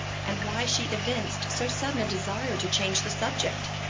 and why she evinced so sudden a desire to change the subject.